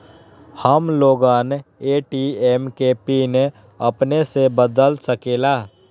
हम लोगन ए.टी.एम के पिन अपने से बदल सकेला?